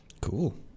Cool